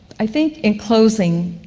i think, in closing,